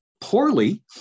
Poorly